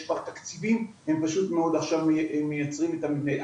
יש כבר תקציבים, הם עכשיו מייצרים את המבנה.